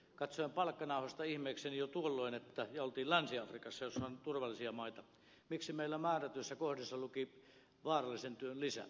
katsoin palkkanauhasta ihmeekseni ja oltiin länsi afrikassa jossa on turvallisia maita miksi meillä määrätyissä kohdissa luki vaarallisen työn lisä jo tuolloin